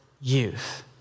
youth